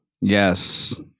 yes